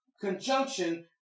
Conjunction